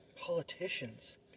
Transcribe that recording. Politicians